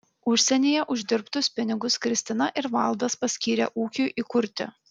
užsienyje uždirbtus pinigus kristina ir valdas paskyrė ūkiui įkurti